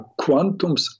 Quantums